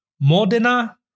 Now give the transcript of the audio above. Modena